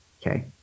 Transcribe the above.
Okay